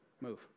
move